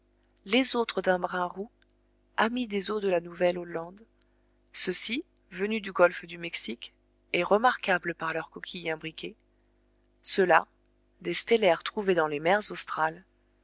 les autres d'un brun roux amis des eaux de la nouvelle-hollande ceux-ci venus du golfe du mexique et remarquables par leur coquille imbriquée ceux-là des stellaires trouvés dans les mers australes